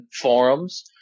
forums